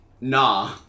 Nah